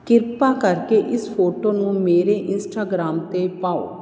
ਕਿਰਪਾ ਕਰਕੇ ਇਸ ਫੋਟੋ ਨੂੰ ਮੇਰੇ ਇੰਸਟਾਗ੍ਰਾਮ 'ਤੇ ਪਾਓ